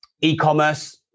E-commerce